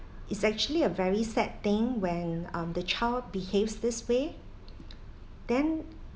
it's actually a very sad thing when um the child behaves this way then